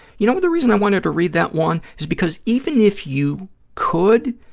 you know the reason i wanted to read that one, is because even if you could,